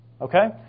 Okay